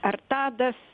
ar tadas